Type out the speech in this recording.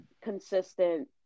consistent